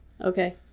Okay